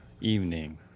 evening